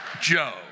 Joe